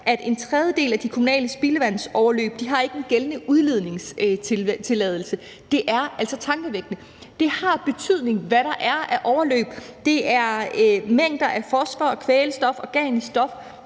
ved en tredjedel af de kommunale spildevandsoverløb ikke er en gældende udledningstilladelse. Det er altså tankevækkende. Det har betydning, hvad der er af overløb; det er mængder af fosfor og kvælstof, organisk stof,